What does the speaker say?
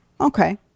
okay